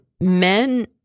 men